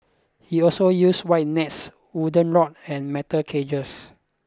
he also use wide nets wooden rod and metal cages